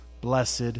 blessed